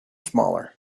smaller